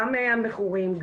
גם המכורים,